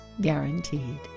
guaranteed